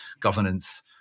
governance